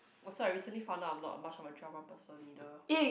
also I recently found out I'm not much of a drama person either